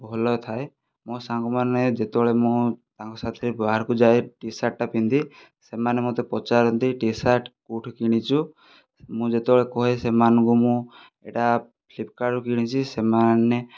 ଭଲ ଥାଏ ମୋ ସାଙ୍ଗମାନେ ଯେତେବେଳେ ମୁଁ ତାଙ୍କ ସାଥିରେ ବାହାରକୁ ଯାଏ ଟିସାର୍ଟ ଟା ପିନ୍ଧି ସେମାନେ ମୋତେ ପଚାରନ୍ତି ଟିସାର୍ଟ କେଉଁଠୁ କିଣିଛୁ ମୁଁ ଯେତେବେଳେ କୁହେ ସେମାନଙ୍କୁ ମୁଁ ଏଇଟା ଫ୍ଲିପକାର୍ଟରୁ କିଣିଛି ସେମାନେ